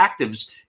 actives